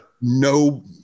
no